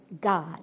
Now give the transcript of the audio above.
God